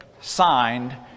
signed